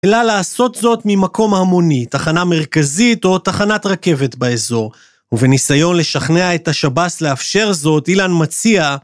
אלא לעשות זאת ממקום המוני, תחנה מרכזית או תחנת רכבת באזור. ובניסיון לשכנע את השב"ס לאפשר זאת, אילן מציע...